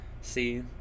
see